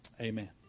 amen